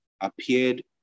appeared